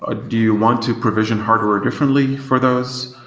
ah do you want to provision hardware differently for those,